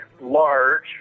large